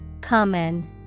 Common